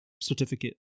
certificate